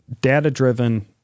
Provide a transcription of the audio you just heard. data-driven